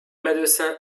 médecin